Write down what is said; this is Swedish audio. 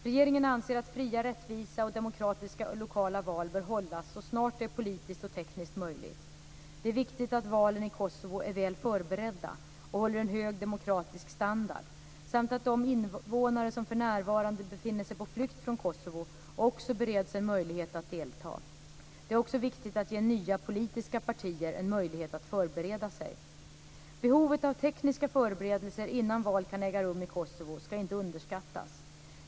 Regeringen anser att fria, rättvisa och demokratiska lokala val bör hållas så snart det är politiskt och tekniskt möjligt. Det är viktigt att valen i Kosovo är väl förberedda och håller en hög demokratisk standard samt att de invånare som för närvarande befinner sig på flykt från Kosovo också bereds en möjlighet att delta. Det är också viktigt att ge nya politiska partier en möjlighet att förbereda sig. Behovet av tekniska förberedelser innan val kan äga rum i Kosovo ska inte underskattas.